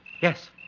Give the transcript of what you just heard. Yes